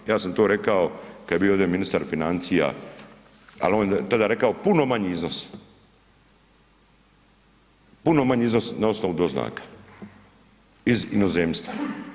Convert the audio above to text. Ja sam to rekao kada je bio ovdje ministar financija ali on je tada rekao puno manji iznos, puno manji iznos na osnovu doznaka iz inozemstva.